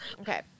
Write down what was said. Okay